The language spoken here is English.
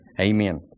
Amen